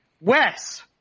Wes